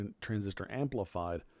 transistor-amplified